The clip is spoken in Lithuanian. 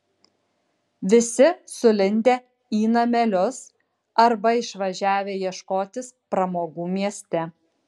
visi sulindę į namelius arba išvažiavę ieškotis pramogų mieste